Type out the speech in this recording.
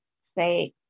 say